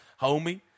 homie